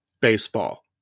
baseball